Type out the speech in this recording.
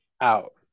out